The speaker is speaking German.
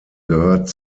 gehört